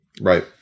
Right